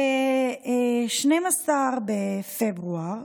ב-12 בפברואר,